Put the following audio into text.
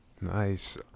nice